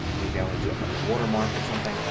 maybe i want to do it like a watermark or something.